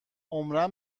عمرا